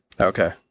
Okay